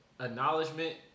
acknowledgement